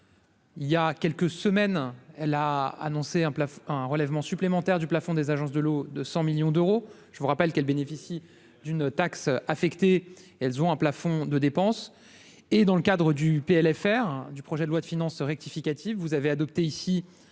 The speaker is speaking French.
Il y a quelques semaines, elle a annoncé un place un relèvement supplémentaire du plafond des agences de l'eau de 100 millions d'euros, je vous rappelle qu'elle bénéficie d'une taxe affectée, elles ont un plafond de dépenses et dans le cadre du PLFR du projet de loi de finances rectificative, vous avez adopté ici